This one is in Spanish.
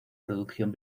producción